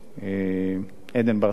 עדן בר-טל,